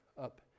up